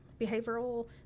behavioral